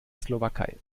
slowakei